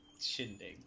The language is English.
Shindig